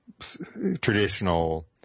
traditional